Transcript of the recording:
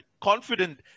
confident